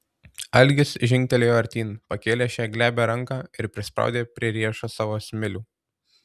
algis žingtelėjo artyn pakėlė šią glebią ranką ir prispaudė prie riešo savo smilių